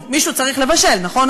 טוב, מישהו צריך לבשל, נכון?